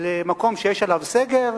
למקום שיש עליו סגר,